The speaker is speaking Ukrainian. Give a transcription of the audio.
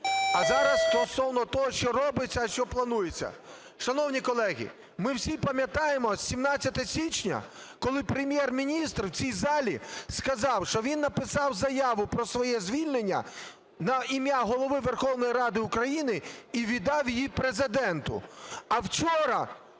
А зараз стосовно того, що робиться, а що планується. Шановні колеги, ми всі пам'ятаємо 17 січня, коли Прем'єр-міністр в цій залі сказав, що він написав заяву про своє звільнення на ім'я Голови Верховної Ради України і віддав її Президенту, а вчора